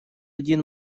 один